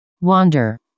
wander